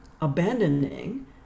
abandoning